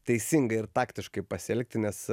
teisingai ir taktiškai pasielgti nes